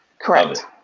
Correct